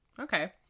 Okay